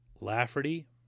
Lafferty